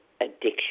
addiction